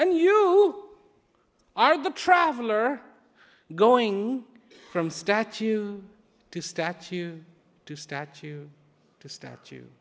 and you are the traveler going from statue to statue to statue to statue